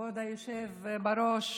כבוד היושב-ראש.